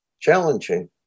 challenging